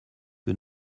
que